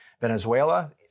Venezuela